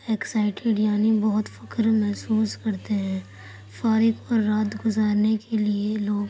excited یعنی بہت فخر محسوس کرتے ہیں فارغ اور رات گزارنے کے لیے لوگ